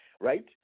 right